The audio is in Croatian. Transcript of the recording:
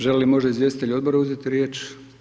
Želi li možda izvjestitelji odbor uzeti riječ?